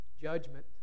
Judgment